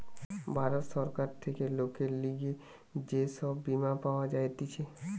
ভারত সরকার থেকে লোকের লিগে যে সব বীমা পাওয়া যাতিছে